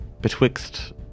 Betwixt